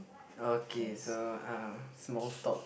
okay so uh small talk